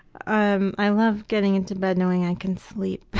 um i love getting into bed knowing i can sleep. oh,